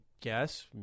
guess